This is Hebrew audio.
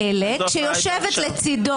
אי-אפשר להצביע בצורה כזאת.